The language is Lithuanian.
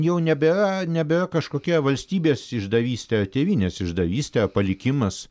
jau nebėra nebėra kažkokia valstybės išdavystė tėvynės išdavystė palikimas